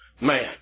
man